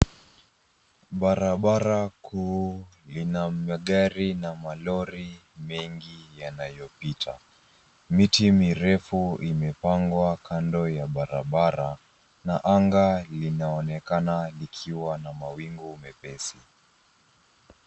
Barabara kuu lina magari na malori mengi yanayopita. Miti mirefu imepangwa kando ya barabara, na anga linaonekana likiwa na mawingu mepesi.